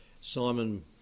Simon